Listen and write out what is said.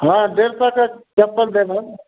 हँ डेढ़ सएके चप्पल देबनि